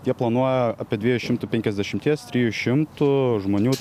jie planuoja apie dviejų šimtų penkiasdešimties trijų šimtų žmonių